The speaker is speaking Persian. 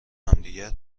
همدیگر